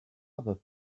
other